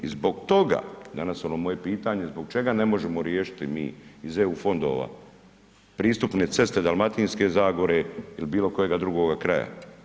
I zbog toga, danas ono moje pitanje, zbog čega ne možemo riješiti mi iz eu fondova pristupne ceste Dalmatinske zagore ili bilo kojega drugoga kraja.